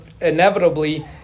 inevitably